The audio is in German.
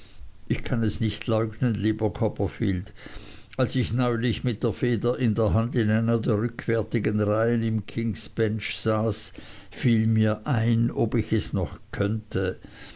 ich kann es nicht leugnen lieber copperfield als ich neulich mit der feder in der hand in einer der rückwärtigen reihen in kingsbench saß fiel mir ein ob ich es noch könnte